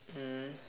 mm